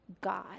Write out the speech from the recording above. God